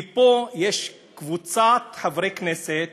כי פה יש קבוצת חברי כנסת